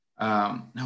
Now